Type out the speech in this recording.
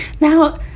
Now